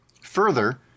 Further